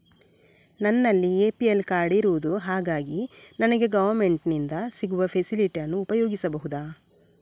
ನನ್ನಲ್ಲಿ APL card ಇರುದು ಹಾಗಾಗಿ ನನಗೆ ಗವರ್ನಮೆಂಟ್ ಇಂದ ಸಿಗುವ ಫೆಸಿಲಿಟಿ ಅನ್ನು ಉಪಯೋಗಿಸಬಹುದಾ?